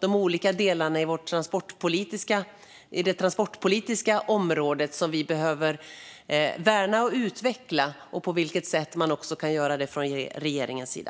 de olika delarna av det transportpolitiska området. Jag är uppriktigt nyfiken på hur man kan göra det från regeringens sida.